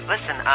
Listen